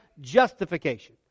justification